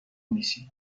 میشی